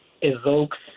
evokes